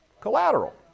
collateral